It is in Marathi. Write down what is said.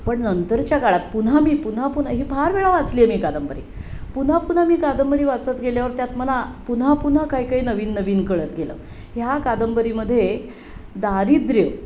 पण नंतरच्या काळात पुन्हा मी पुन्हा पुन्हा ही फार वेळा वाचली आहे मी कादंबरी पुन्हा पुन्हा मी कादंबरी वाचत गेल्यावर त्यात मला पुन्हा पुन्हा काही काही नवीन नवीन कळत गेलं ह्या कादंबरीमध्ये दारिद्र्य